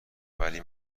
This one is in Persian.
ولی